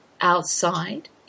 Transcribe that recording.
outside